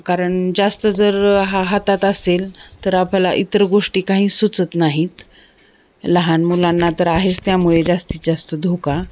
कारण जास्त जर हा हातात असेल तर आपल्याला इतर गोष्टी काही सुचत नाहीत लहान मुलांना तर आहेच त्यामुळे जास्तीत जास्त धोका